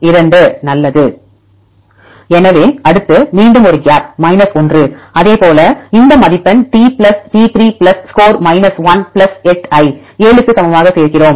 2 நல்லது எனவே அடுத்து மீண்டும் ஒரு கேப் 1 அதேபோல் இந்த மதிப்பெண் T plus T 3 plus score 1 plus 8 ஐ 7 க்கு சமமாக சேர்க்கிறோம்